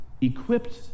equipped